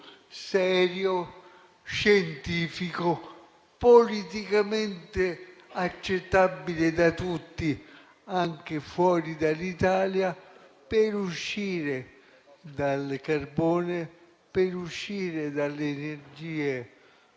serio, scientifico, politicamente accettabile da tutti, anche fuori dall'Italia, per uscire dal carbone, per uscire dalle energie